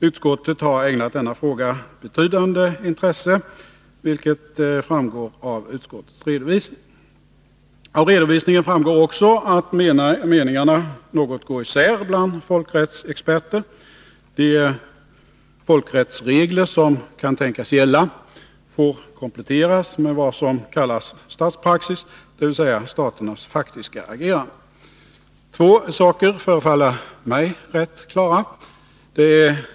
Utskottet har ägnat denna fråga betydande intresse, vilket framgår av utskottets redovisning. Av redovisningen framgår också att meningarna något går isär bland folkrättsexperter. De folkrättsregler som kan tänkas gälla får kompletteras med vad som kallas statspraxis, dvs. staternas faktiska agerande. Två saker förefaller mig rätt klara.